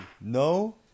No